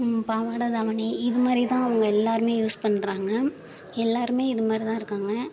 பாவாடை தாவணி இது மாதிரி தான் அவங்க எல்லோருமே யூஸ் பண்ணுறாங்க எல்லோருமே இது மாதிரி தான் இருக்காங்க